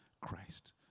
Christ